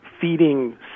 feeding